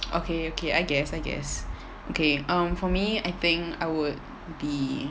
okay okay I guess I guess okay um for me I think I would be